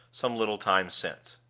some little time since.